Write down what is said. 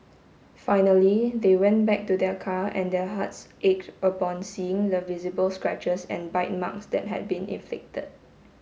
finally they went back to their car and their hearts ached upon seeing the visible scratches and bite marks that had been inflicted